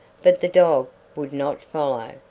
but the dog would not follow.